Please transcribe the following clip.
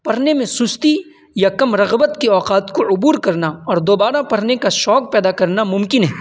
پڑھنے میں سستی یا کم رغبت کے اوقات کو عبور کرنا اور دوبارہ پڑھنے کا شوق پیدا کرنا ممکن ہے